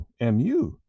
MU